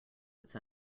its